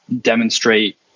demonstrate